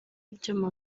ibyuma